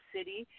City